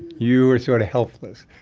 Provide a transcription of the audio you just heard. you are sort of helpless,